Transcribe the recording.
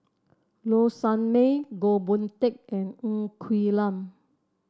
Low Sanmay Goh Boon Teck and Ng Quee Lam